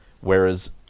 Whereas